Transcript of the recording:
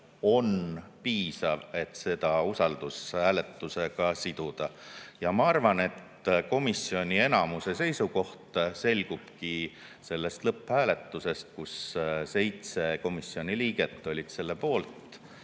on piisav, et seda usaldushääletusega siduda. Ma arvan, et komisjoni enamuse seisukoht selguski sellest lõpphääletusest, kui seitse komisjoni liiget olid selle poolt,